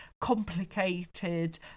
complicated